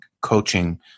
coaching